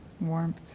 warmth